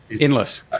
Endless